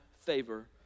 favor